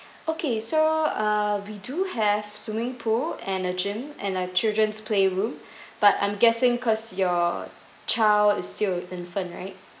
okay so uh we do have swimming pool and a gym and a children's play room but I'm guessing because your child is still infant right